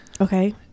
Okay